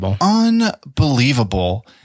unbelievable